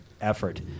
effort